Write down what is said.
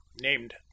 named